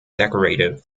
decorative